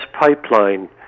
pipeline